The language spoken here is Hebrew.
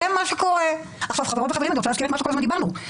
רוצה להזכיר את מה שכל הזמן אמרנו.